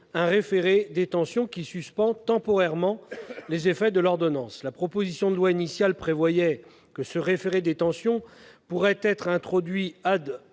un référé-détention, qui suspend temporairement les effets de l'ordonnance. La proposition de loi initiale prévoyait que ce référé-détention pourrait être introduit À